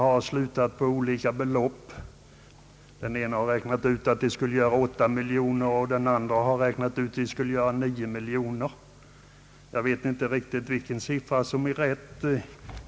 En grupp motionärer har räknat ut att höjningen skulle kosta 8 miljoner kronor och en annan att kostnaden skulle uppgå till 9 miljoner. Jag vet inte vilken siffra som är mest riktig.